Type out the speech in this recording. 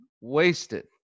wasted